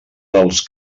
dels